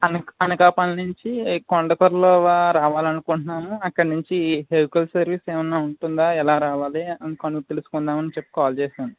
అన అనకాపల్లి నుంచి కొండకూరలో రావాలనుకుంటున్నాము అక్కడి నుంచి వెహికల్ సర్వీస్ ఏమన్నా ఉంటుందా ఎలా రావాలి అ కొను తెలుసుకుందామని చెప్పి కాల్ చేశాను